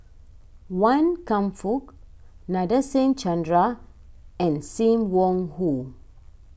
Wan Kam Fook Nadasen Chandra and Sim Wong Hoo